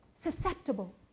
susceptible